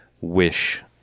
wish